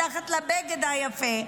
מתחת לבגד היפה,